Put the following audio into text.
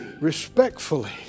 respectfully